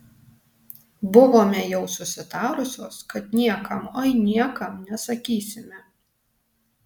buvome jau susitarusios kad niekam oi niekam nesakysime